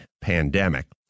pandemic